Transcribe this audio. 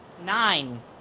nine